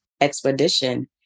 expedition